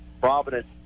Providence